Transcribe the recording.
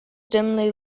dimly